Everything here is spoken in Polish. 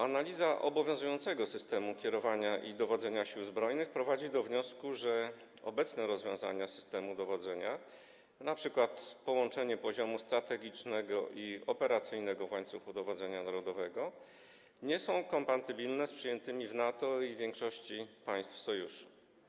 Analiza obowiązującego systemu kierowania i dowodzenia Siłami Zbrojnymi prowadzi do wniosku, że obecne rozwiązania w zakresie systemu dowodzenia, np. połączenie poziomów: strategicznego i operacyjnego w łańcuchu dowodzenia narodowego, nie są kompatybilne z przyjętymi w NATO i większości państw Sojuszu.